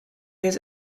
his